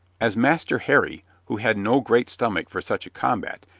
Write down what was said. as master harry, who had no great stomach for such a combat,